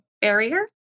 barrier